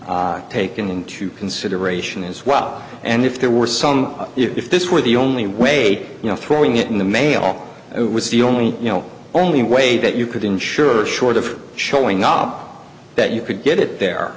taken into consideration as well and if there were some if this were the only way you know throwing it in the mail was the only you know only way that you could ensure a short of showing up that you could get it